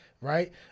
Right